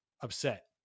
upset